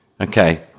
Okay